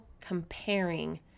comparing